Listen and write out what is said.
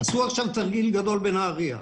עשו עכשיו תרגיל גדול בנהריה.